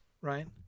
Right